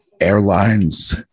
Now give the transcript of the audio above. Airlines